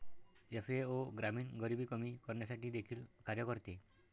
FAO ग्रामीण गरिबी कमी करण्यासाठी देखील कार्य करते